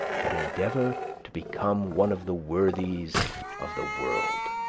but endeavor to become one of the worthies of the world.